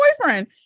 boyfriend